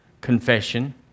confession